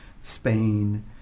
Spain